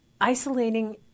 isolating